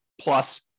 plus